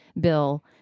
Bill